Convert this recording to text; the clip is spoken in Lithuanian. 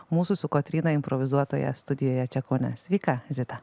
mūsų su kotryna improvizuotoje studijoje čia kaune sveika zita